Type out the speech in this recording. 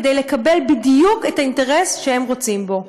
כדי לקדם בדיוק את האינטרס שהם רוצים בו.